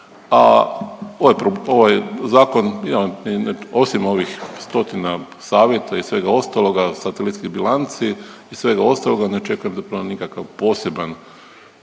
razumije./... osim ovih stotina savjeta i svega ostaloga, satelitskih bilanci i svega ostalo, ne očekujem zapravo nikakav poseban